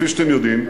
כפי שאתם יודעים,